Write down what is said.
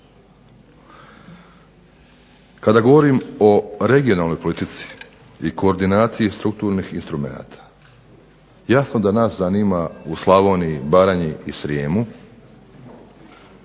Kada govorim o regionalnoj politici i koordinaciji strukturnih instrumenata, jasno da nas zanima u Slavoniji, Baranji i Srijemu